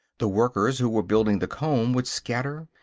the workers who were building the comb would scatter,